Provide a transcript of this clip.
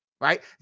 right